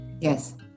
yes